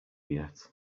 yet